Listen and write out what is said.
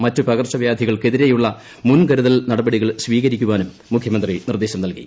മറ്റ് പകർച്ച വ്യാധികൾക്കെതിരെയുള്ള മുൻകരുതൽ നടപടികൾ സ്വീകരിക്കാനും മുഖ്യമന്ത്രി നിർദ്ദേശം നൽകി